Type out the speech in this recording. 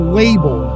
label